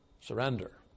Surrender